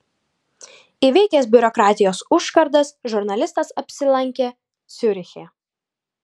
įveikęs biurokratijos užkardas žurnalistas apsilankė ciuriche